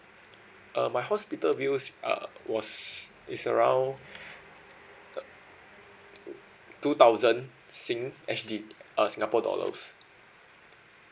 uh my hospital bills uh was is around uh two thousand sing S_G uh singapore dollars